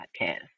podcast